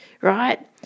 right